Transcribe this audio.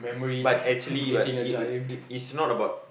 but actually but it it it's not about